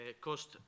cost